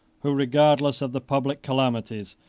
who, regardless of the public calamities,